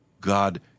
God